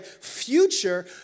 future